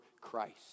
Christ